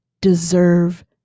deserve